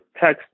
text